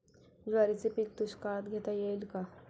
ज्वारीचे पीक दुष्काळात घेता येईल का?